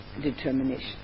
determination